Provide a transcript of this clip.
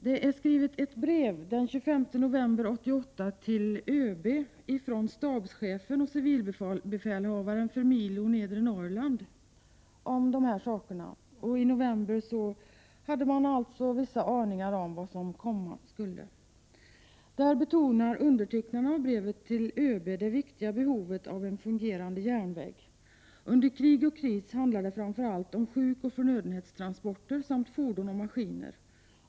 Det är skrivet ett brev den 25 november 1988 till ÖB från stabschefen och civilbefälhavaren för milo nedre Norrland, där man alltså i november hade vissa aningar om vad som komma skulle. I brevet betonar undertecknarna för ÖB det viktiga behovet av en fungerande järnväg. Under krig och kris handlar det framför allt om beredskap för sjukoch förnödenhetstransporter samt om att ha fordon och maskiner.